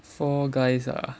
Fall Guys ah